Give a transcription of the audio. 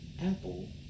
apple